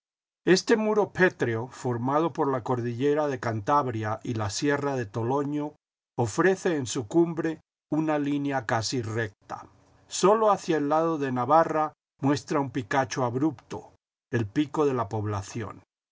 este muro pétreo formado por la cordillera de cantabria y la sierra de toloño ofrece en su cumbre una línea casi recta sólo hacia el lado de navarra muestra un picacho abrupto el pico de la población